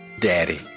Daddy